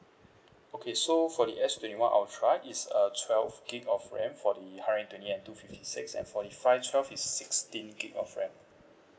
okay so for the S twenty one ultra is uh twelve gig of RAM for the hundred and twenty eight and two fifty six and for the five twelve is sixteen gig of RAM